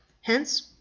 hence